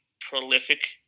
prolific